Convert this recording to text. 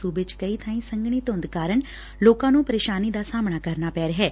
ਸੁਬੇ ਚ ਕਈ ਬਾਈਂ ਸੰਘਣੀ ਧੂੰਦ ਕਾਰਨ ਲੋਕਾਂ ਨੂੰ ਪ੍ਰੇਸ਼ਾਨੀ ਦਾ ਸਾਹਮਣਾ ਕਰਨਾ ਪੈ ਰਿਹੈ